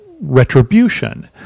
retribution